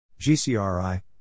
GCRI